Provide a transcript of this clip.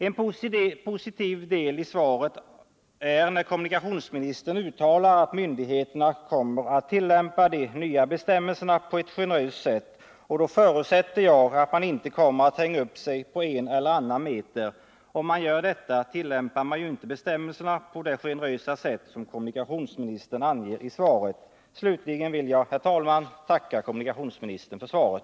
En positiv sak är emellertid att kommunikationsministern uttalar i svaret att myndigheterna kommer att tillämpa de nya bestämmelserna på ett generöst sätt. Jag förutsätter då att de inte kommer att hänga upp sig på en eller annan meter när det gäller väglängden. Om de gör det, tillämpar de ju inte bestämmelserna på det generösa sätt som kommunikationsministern anger i svaret. Till sist vill jag, herr talman, tacka kommunikationsministern för svaret.